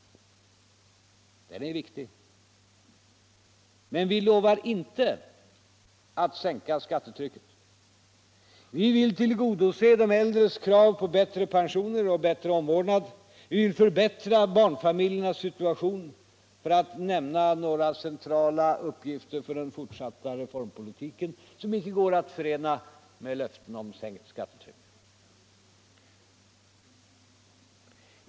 Den är viktig. Men vi lovar inte att sänka skattetrycket. Vi vill tillgodose de äldres krav på bättre pensioner och bättre omvårdnad, vi vill förbättra barnfamiljernas situation, för att nämna några centrala uppgifter för den fortsatta reformpolitiken, som icke går att förena med löften om sänkt skattetryck.